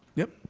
yep.